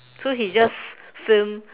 so he just film